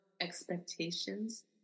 expectations